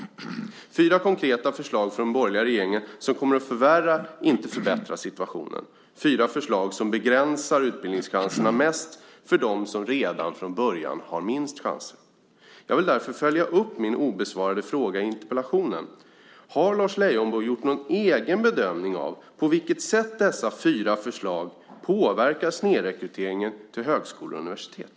Det är fyra konkreta förslag från den borgerliga regeringen som kommer att förvärra, inte förbättra, situationen. Det är fyra förslag som begränsar utbildningschanserna mest för dem som redan från början har minst chanser. Jag vill därför följa upp min obesvarade fråga i interpellationen. Har Lars Leijonborg gjort någon egen bedömning av på vilket sätt dessa fyra förslag påverkar snedrekryteringen till högskolor och universitet?